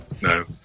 no